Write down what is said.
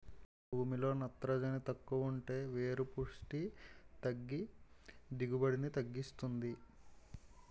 భూమిలో నత్రజని తక్కువుంటే వేరు పుస్టి తగ్గి దిగుబడిని తగ్గిస్తుంది